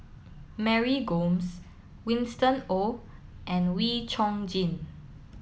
Mary Gomes Winston Oh and Wee Chong Jin